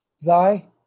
Thy